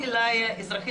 אחמד.